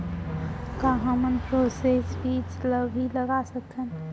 का हमन फ्रोजेन बीज ला भी लगा सकथन?